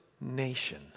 nation